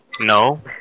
No